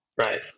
right